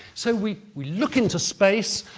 so, we we look into space,